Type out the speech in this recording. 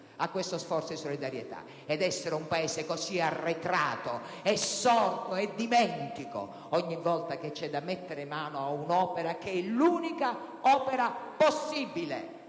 che partecipano onorano, ed essere un Paese così arretrato e sordo e dimentico ogni volta che c'è da mettere mano a un'opera che è l'unica opera possibile